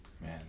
Man